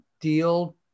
deal